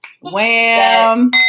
wham